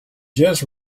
just